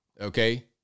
Okay